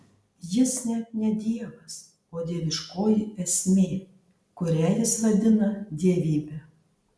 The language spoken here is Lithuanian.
jis net ne dievas o dieviškoji esmė kurią jis vadina dievybe